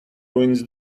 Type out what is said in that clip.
ruins